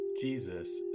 Jesus